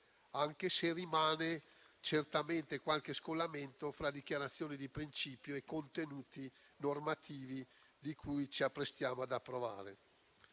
anche se rimane certamente qualche scollamento fra le dichiarazioni di principio e i contenuti normativi che ci apprestiamo ad approvare.